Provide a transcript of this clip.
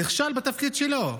נכשל בתפקיד שלו.